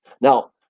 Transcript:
Now